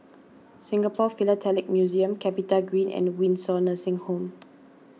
Singapore Philatelic Museum CapitaGreen and Windsor Nursing Home